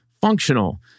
functional